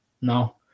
No